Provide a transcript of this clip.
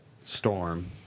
storm